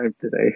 today